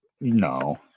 no